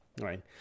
right